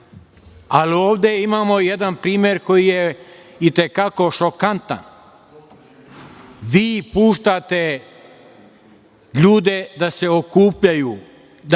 ovde imamo jedan primer koji je itekako šokantan. Vi puštate ljude da se okupljaju, da prisustvuju